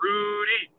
Rudy